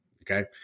Okay